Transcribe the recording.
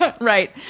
Right